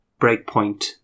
breakpoint